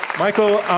michael,